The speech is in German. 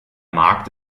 markt